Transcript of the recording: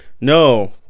no